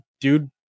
dude